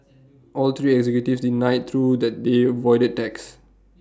all three executives denied though that they avoided tax